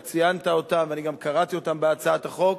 ואתה ציינת אותם ואני גם קראתי אותם בהצעת החוק.